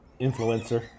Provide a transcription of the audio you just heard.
Influencer